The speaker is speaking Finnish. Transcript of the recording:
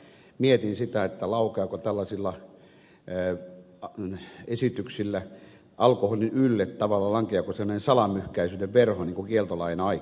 mutta mietin sitä lankeaako tällaisilla esityksillä alkoholin ylle sellainen salamyhkäisyyden verho niin kuin kieltolain aikaan